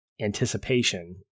anticipation